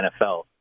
NFL